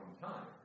time